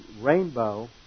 rainbow